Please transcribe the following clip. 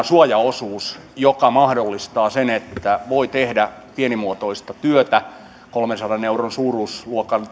suojaosuus joka mahdollistaa sen että voi tehdä pienimuotoista työtä kolmensadan euron suuruusluokan